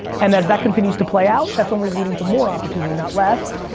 and as that continues to play out that's only leading to more opportunity not less,